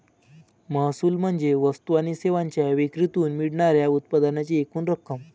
महसूल म्हणजे वस्तू आणि सेवांच्या विक्रीतून मिळणार्या उत्पन्नाची एकूण रक्कम